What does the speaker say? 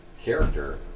character